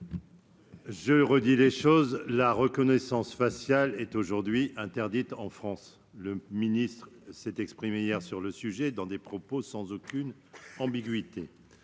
Je redis les choses : la reconnaissance faciale est actuellement interdite en France. M. le ministre s'est exprimé hier sur le sujet sans aucune ambiguïté.